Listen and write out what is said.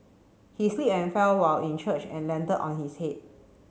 he slipped and fell while in church and landed on his head